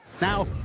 Now